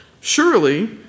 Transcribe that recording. Surely